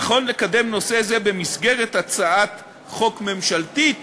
נכון לקדם נושא זה במסגרת הצעת חוק ממשלתית